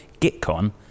GitCon